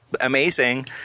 amazing